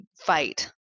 fight